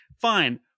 Fine